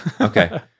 okay